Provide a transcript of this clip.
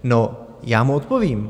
No já mu odpovím.